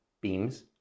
beams